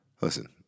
listen